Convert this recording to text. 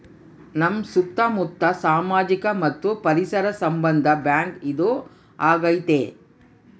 ನಮ್ ಸುತ್ತ ಮುತ್ತ ಸಾಮಾಜಿಕ ಮತ್ತು ಪರಿಸರ ಸಂಬಂಧ ಬ್ಯಾಂಕ್ ಇದು ಆಗೈತೆ